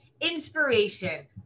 inspiration